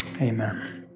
Amen